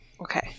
Okay